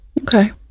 Okay